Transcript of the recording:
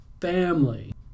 family